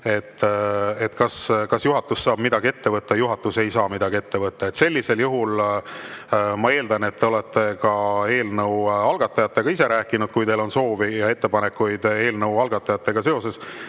kas juhatus saab midagi ette võtta. Juhatus ei saa midagi ette võtta. Ma eeldan, et te olete ka eelnõu algatajatega ise rääkinud, kui teil on soove ja ettepanekuid eelnõuga seoses.